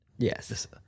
Yes